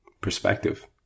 Perspective